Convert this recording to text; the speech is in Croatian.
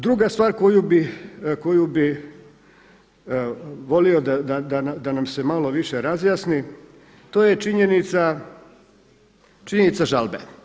Druga stvar koju bi volio da nam se malo više razjasni to je činjenica, činjenica žalbe.